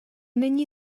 není